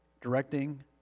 directing